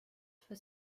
for